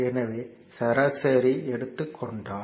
எனவே சராசரியை எடுத்துக் கொண்டால்